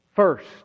First